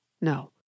No